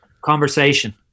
Conversation